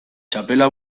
txapela